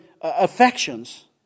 affections